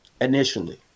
initially